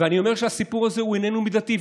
ואני אומר שהסיפור הזה הוא איננו מידתי,